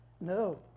no